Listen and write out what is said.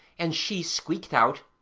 and she squeaked out,